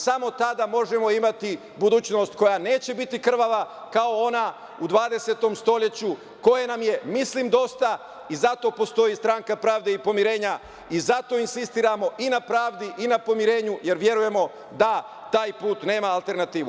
Samo tada možemo imati budućnost koja neće biti krvava kao ona u 20. stoleću, koje nam je mislim dosta i zato postoji Stranka pravde i pomirenja i zato insistiramo i na pravdi i na pomirenju, jer verujemo da taj put nema alternativu.